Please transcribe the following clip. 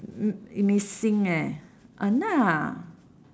m~ missing eh !hanna!